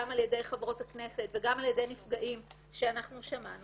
גם על ידי חברות הכנסת וגם על ידי נפגעים שאנחנו שמענו?